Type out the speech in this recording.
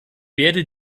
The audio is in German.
werde